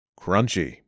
crunchy